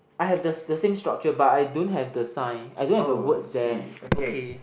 I have the the same structure but I don't have the sign I don't have the words there okay